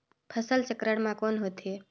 फसल चक्रण मा कौन होथे?